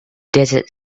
desert